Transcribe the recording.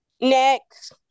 Next